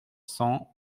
cent